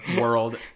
world